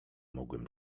mogłem